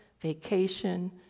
vacation